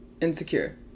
insecure